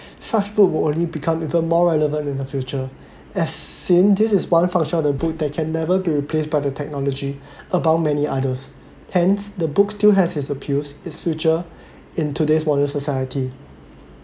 such book will only become even more relevant in the future as seen this is one function of the book that can never be replaced by the technology about many others hence the books still has it's appeals it's future in today's modern society